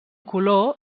color